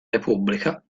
repubblica